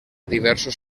diversos